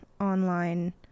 online